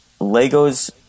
Legos